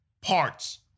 parts